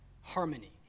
harmony